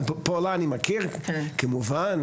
אני בת לאבא שחזר בשאלה,